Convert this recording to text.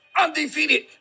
undefeated